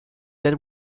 that